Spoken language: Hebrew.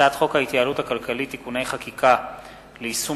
הצעת חוק ההתייעלות הכלכלית (תיקוני חקיקה ליישום